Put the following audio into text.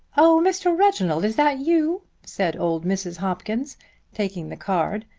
oh, mr. reginald, is that you? said old mrs. hopkins taking the card.